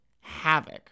havoc